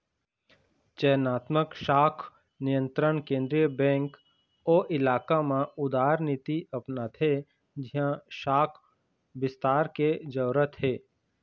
चयनात्मक शाख नियंत्रन केंद्रीय बेंक ओ इलाका म उदारनीति अपनाथे जिहाँ शाख बिस्तार के जरूरत हे